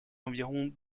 environs